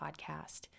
podcast